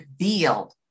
revealed